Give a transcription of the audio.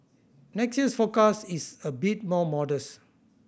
next year's forecast is a bit more modest